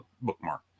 bookmark